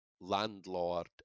landlord